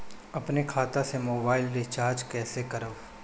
अपने खाता से मोबाइल रिचार्ज कैसे करब?